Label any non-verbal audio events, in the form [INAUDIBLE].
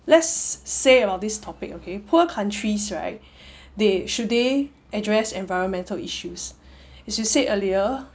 let's say hor this topic okay poor countries right [BREATH] they should they address environmental issues as you said earlier